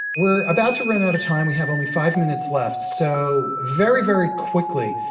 we're about to run out of time. we have only five minutes left. so very, very quickly,